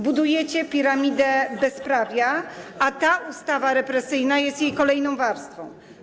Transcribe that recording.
Budujecie piramidę bezprawia, a ta ustawa represyjna jest jej kolejną warstwą.